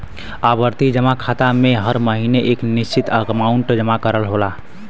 आवर्ती जमा खाता में हर महीने एक निश्चित अमांउट जमा करना होला